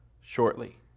shortly